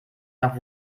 nach